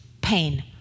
pain